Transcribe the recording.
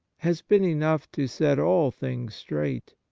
has been enough to set all things straight,